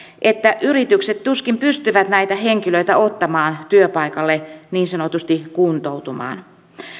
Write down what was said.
että yritykset tuskin pystyvät näitä henkilöitä ottamaan työpaikalle niin sanotusti kuntoutumaan